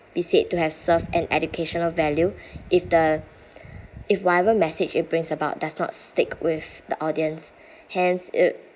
be said to have served an educational value if the if whatever message it brings about does not stick with the audience hence it